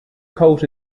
coat